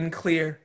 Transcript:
clear